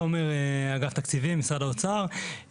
תומר, אגף תקציבים, משרד האוצר.